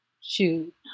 Shoot